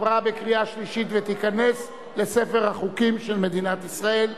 התקבלה בקריאה שלישית ותיכנס לספר החוקים של מדינת ישראל.